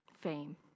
fame